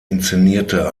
inszenierte